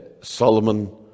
Solomon